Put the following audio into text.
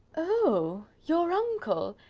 oh! your uncle!